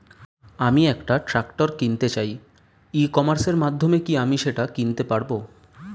আমি একটা ট্রাক্টর কিনতে চাই ই কমার্সের মাধ্যমে কি আমি সেটা কিনতে পারব?